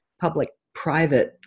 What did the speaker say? public-private